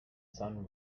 sun